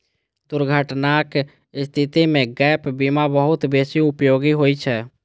दुर्घटनाक स्थिति मे गैप बीमा बहुत बेसी उपयोगी होइ छै